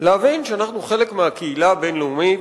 להבין שאנחנו חלק מהקהילה הבין-לאומית,